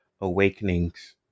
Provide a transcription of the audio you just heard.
awakenings